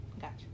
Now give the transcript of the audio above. Gotcha